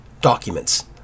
documents